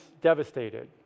devastated